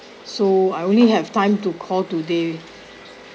so I only have time to call today